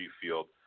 field